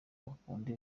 ukunde